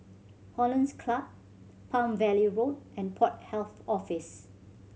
Hollandse Club Palm Valley Road and Port Health Office